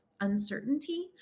uncertainty